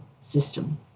system